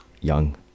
young